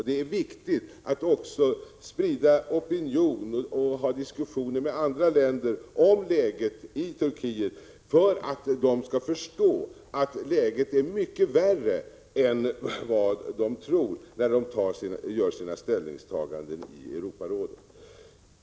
Det är viktigt att också sprida opinion och föra diskussioner med andra länder om läget i Turkiet, för att turkarna skall förstå att läget är mycket värre än vad de tror när de gör sina ställningstaganden i Europarådet.